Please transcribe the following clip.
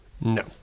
No